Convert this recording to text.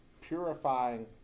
purifying